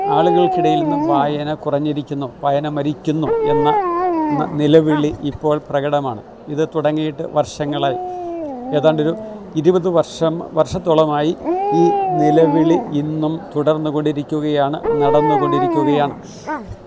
ആളുകൾക്കിടയിൽ ഇന്ന് വായന കുറഞ്ഞിരിക്കുന്നു വായന മരിക്കുന്നുവെന്ന നിലവിളി ഇപ്പോൾ പ്രകടമാണ് ഇത് തുടങ്ങിയിട്ട് വർഷങ്ങളായി ഏതാണ്ടൊരു ഇരുപത് വർഷം വർഷത്തോളമായി ഈ നിലവിളി ഇന്നും തുടർന്നുകൊണ്ടിരിക്കുകയാണ് നടന്നുകൊണ്ടിരിക്കുകയാണ്